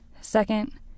Second